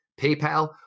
PayPal